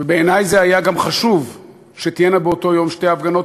ובעיני היה גם חשוב שתהיינה באותו יום שתי הפגנות,